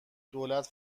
دولت